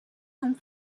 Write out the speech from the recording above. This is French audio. donc